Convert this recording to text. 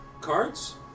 Cards